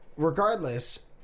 Regardless